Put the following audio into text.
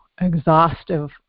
exhaustive